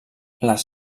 les